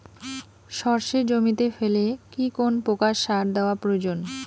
সর্ষে জমিতে ফেলে কি কোন প্রকার সার দেওয়া প্রয়োজন?